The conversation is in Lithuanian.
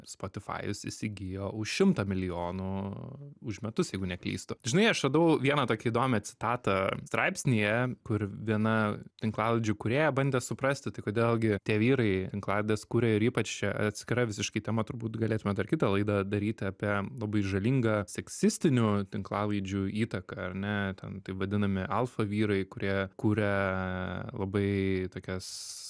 spotifajus įsigijo už šimtą milijonų už metus jeigu neklystu žinai aš radau vieną tokią įdomią citatą straipsnyje kur viena tinklalaidžių kūrėja bandė suprasti tai kodėl gi tie vyrai tinklalaides kuria ir ypač čia atskira visiškai tema turbūt galėtume dar kitą laidą daryti apie labai žalingą seksistinių tinklalaidžių įtaką ar ne ten taip vadinami alfa vyrai kurie kuria labai tokias